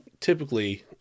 typically